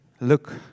look